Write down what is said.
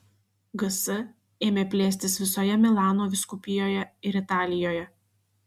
gs ėmė plėstis visoje milano vyskupijoje ir italijoje